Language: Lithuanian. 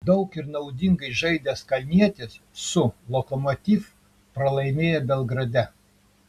daug ir naudingai žaidęs kalnietis su lokomotiv pralaimėjo belgrade